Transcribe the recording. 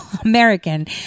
american